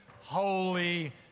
Holy